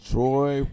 Troy